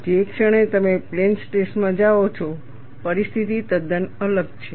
અને જે ક્ષણે તમે પ્લેન સ્ટ્રેસ માં જાઓ છો પરિસ્થિતિ તદ્દન અલગ છે